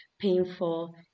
painful